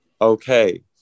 Okay